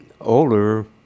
older